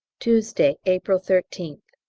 tuesday, april thirteenth.